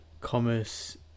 commerce